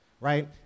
right